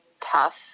tough